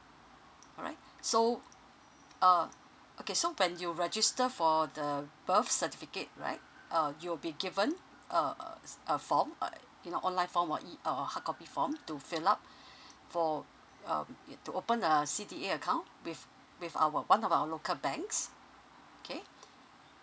alright so uh okay so when you register for the birth certificate right uh you'll be given uh uh s~ a form uh you know online form or e~ uh uh hardcopy form to fill up for um you to open a C_D_A account with with our one of our local banks okay